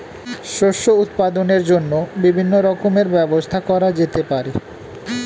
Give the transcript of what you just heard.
শস্য উৎপাদনের জন্য বিভিন্ন রকমের ব্যবস্থা করা যেতে পারে